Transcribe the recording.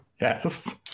Yes